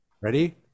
Ready